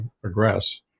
progress